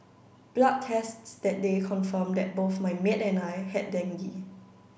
blood tests that day confirmed that both my maid and I had dengue